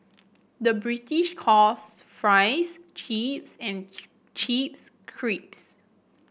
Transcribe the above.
the British calls fries chips and chips crisps